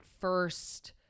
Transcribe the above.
first